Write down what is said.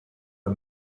the